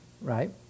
right